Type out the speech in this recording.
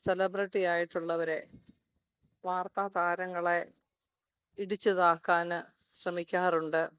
celebrity ആയിട്ടുള്ളവരെ വാർത്താ താരങ്ങളെ ഇടിച്ചു താക്കാൻ ശ്രമിക്കാറുണ്ട്